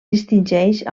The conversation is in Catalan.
distingeix